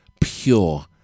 pure